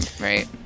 Right